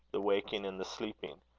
the waking and the sleeping.